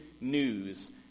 news